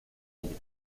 ella